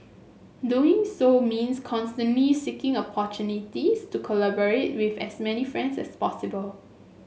doing so means constantly seeking opportunities to collaborate with as many friends as possible